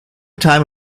time